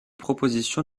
proposition